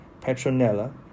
Petronella